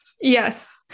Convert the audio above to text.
Yes